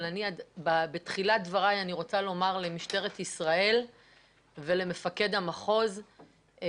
אבל בתחילת דבריי אני רוצה לומר למשטרת ישראל ולמפקד המחוז,